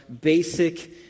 basic